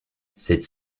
cette